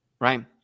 Right